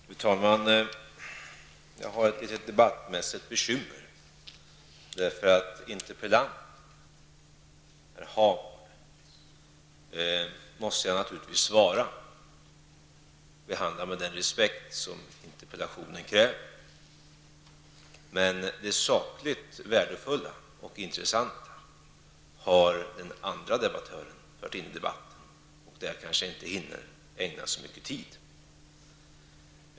Fru talman! Jag har ett litet debattmässigt bekymmer. Interpellanten, herr Hagård måste jag naturligtvis svara och behandla med den respekt som interpellationen kräver, men det sakligt värdefulla och intressanta har den andra debattören fört in i debatten, och det hinner jag kanske inte ägna så mycket tid åt.